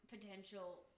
potential